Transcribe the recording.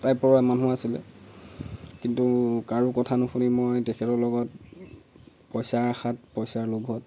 টাইপৰ মানুহ আছিলে কিন্তু কাৰো কথা নুশুনি মই তেখেতৰ লগত পইচাৰ আশাত পইচাৰ লোভত